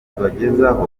tubagezaho